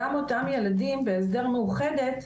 גם אותם ילדים בהסדר מאוחדת,